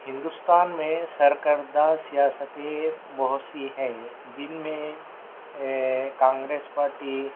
ہندوستان میں سرکردہ سیاستی بہت سی ہے جن میں کانگریس پارٹی